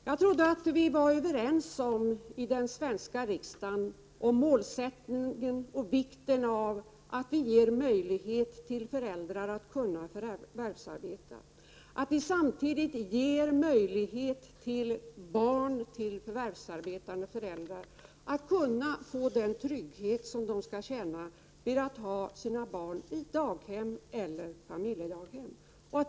Jag trodde att vi i den svenska riksdagen var överens om målsättningen och om vikten av att föräldrar får möjlighet att förvärvsarbeta och samtidigt känna trygghet när barnen är på daghem eller familjedaghem.